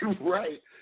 right